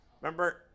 Remember